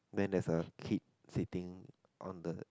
then there's a kid sitting on the